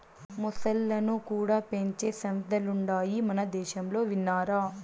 మొసల్లను కూడా పెంచే సంస్థలుండాయి మనదేశంలో విన్నారా